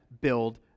build